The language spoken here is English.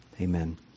Amen